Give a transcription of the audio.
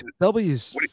W's